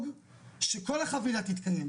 לבקש את הנתון כתוב ומסודר ממשרד הפנים.